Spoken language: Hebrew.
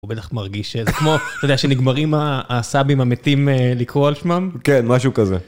הוא בטח מרגיש איזה כמו אתה יודע שנגמרים הסאבים המתים לקרוא על שמם כן משהו כזה.